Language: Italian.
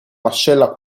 mascella